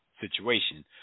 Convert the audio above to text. situation